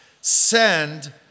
send